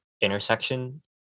intersection